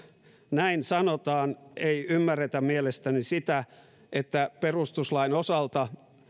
näin sanotaan ei ymmärretä mielestäni sitä että perustuslain osalta